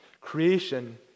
Creation